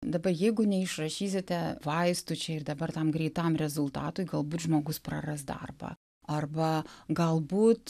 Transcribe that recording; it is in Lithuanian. dabar jeigu neišrašysite vaistų čia ir dabar tam greitam rezultatui galbūt žmogus praras darbą arba galbūt